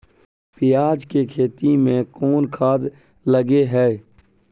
पियाज के खेती में कोन खाद लगे हैं?